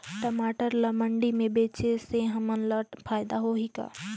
टमाटर ला मंडी मे बेचे से हमन ला फायदा होही का?